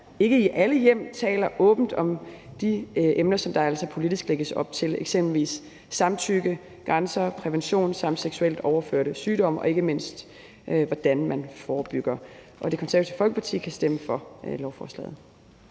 ikke i alle hjem taler åbent om de emner, som der altså politisk lægges op til, eksempelvis samtykke, grænser, prævention samt seksuelt overførte sygdomme og ikke mindst, hvordan man forebygger. Det Konservative Folkeparti kan stemme for lovforslaget.